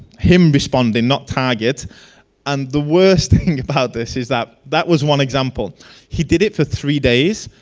him responding not target and the worst thing about this is that that was one example he did it for three days.